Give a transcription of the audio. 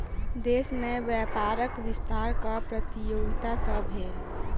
देश में व्यापारक विस्तार कर प्रतियोगिता सॅ भेल